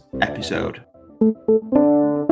episode